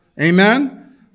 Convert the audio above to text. Amen